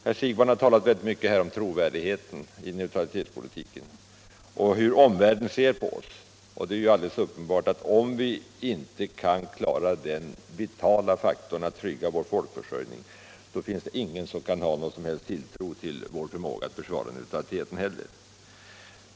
Herr Siegbahn talade här rätt mycket om trovärdigheten i neutralitetspolitiken och hur omvärlden ser på oss, och det är härvidlag alldeles uppenbart att om vi inte kan trygga vår folkförsörjning, så finns det heller ingen som kan ha någon som helst tilltro till vår förmåga att försvara neutraliteten.